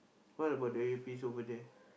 what about the earpiece over there